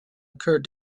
occurred